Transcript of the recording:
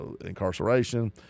incarceration